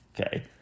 Okay